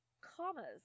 commas